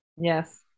yes